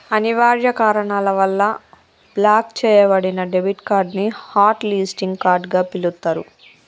అనివార్య కారణాల వల్ల బ్లాక్ చెయ్యబడిన డెబిట్ కార్డ్ ని హాట్ లిస్టింగ్ కార్డ్ గా పిలుత్తరు